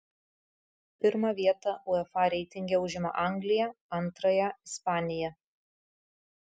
pirmą vietą uefa reitinge užima anglija antrąją ispanija